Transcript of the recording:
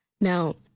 Now